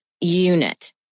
unit